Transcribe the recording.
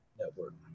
network